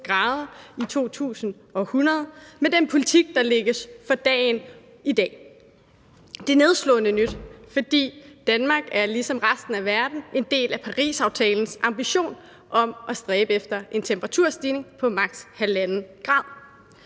mod en global temperaturstigning på 3,2 grader i 2100. Det er nedslående nyt, fordi Danmark ligesom resten af verden er en del af Parisaftalens ambition om at stræbe efter en temperaturstigning på maks. 1,5 grader.